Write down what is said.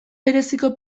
bereziko